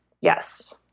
Yes